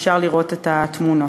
אפשר לראות את התמונות.